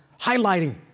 highlighting